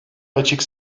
açık